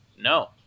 no